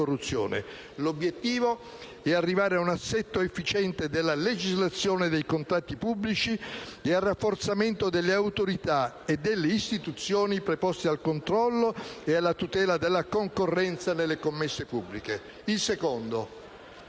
L'obiettivo è arrivare a un assetto efficiente della legislazione dei contratti pubblici e al rafforzamento delle autorità e delle istituzioni preposte al controllo e alla tutela della concorrenza nelle commesse pubbliche. In secondo